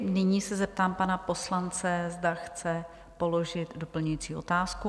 Nyní se zeptám pana poslance, zda chce položit doplňující otázku?